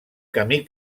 camí